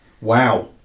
Wow